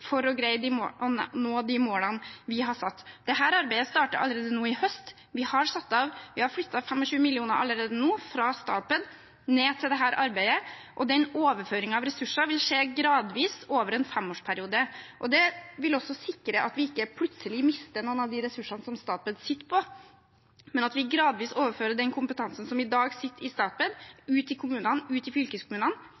for å greie å nå de målene vi har satt. Dette arbeidet starter allerede nå i høst. Vi har flyttet 25 mill. kr allerede nå fra Statped til dette arbeidet, og overføringen av ressurser vil skje gradvis, over en femårsperiode. Det vil også sikre at vi ikke plutselig mister noen av de ressursene som Statped sitter på, men at vi gradvis overfører den kompetansen som i dag er i